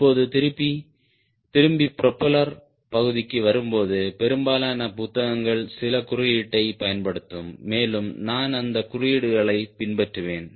இப்போது திரும்பி ப்ரொபெல்லர் பகுதிக்கு வரும்போது பெரும்பாலான புத்தகங்கள் சில குறியீட்டைப் பயன்படுத்தும் மேலும் நான் அந்த குறியீடுகளை பின்பற்றுவேன்